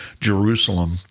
Jerusalem